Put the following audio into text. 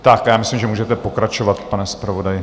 A já myslím, že můžete pokračovat, pane zpravodaji.